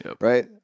Right